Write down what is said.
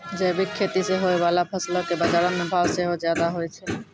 जैविक खेती से होय बाला फसलो के बजारो मे भाव सेहो ज्यादा होय छै